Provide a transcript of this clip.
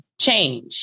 change